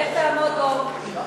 לך תעמוד דום.